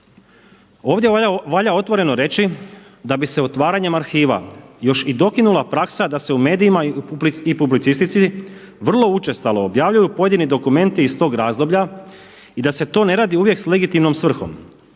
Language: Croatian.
Ovdje valja otvoreno reći da bi se otvaranjem arhiva još i dokinula praksa da se u medijima i publicistici vrlo učestalo objavljuju pojedini dokumenti iz tog razdoblja i da se to ne radi uvijek s legitimnom svrhom.